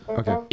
okay